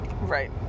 Right